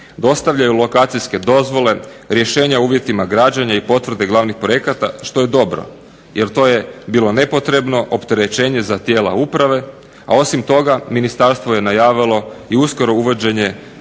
dostavljaju lokacijske dozvole, rješenja o uvjetima građenja i potvrde glavnih projekata što je dobro jer to je bilo nepotrebno opterećenje za tijela uprave, a osim toga ministarstvo je najavilo i uskoro uvođenje